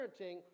parenting